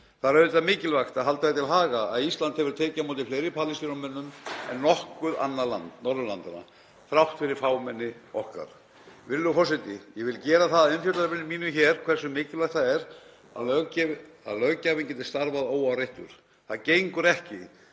Það er auðvitað mikilvægt að halda því til haga að Ísland hefur tekið á móti fleiri Palestínumönnum en nokkurt annað land Norðurlandanna þrátt fyrir fámenni okkar. Virðulegur forseti. Ég vil gera það að umfjöllunarefni mínu hér hversu mikilvægt það er að löggjafinn geti starfað óáreittur. Það gengur ekki